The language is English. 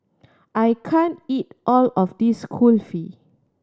I can't eat all of this Kulfi